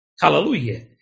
Hallelujah